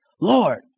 Lord